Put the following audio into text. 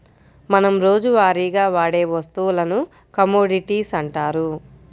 మనం రోజువారీగా వాడే వస్తువులను కమోడిటీస్ అంటారు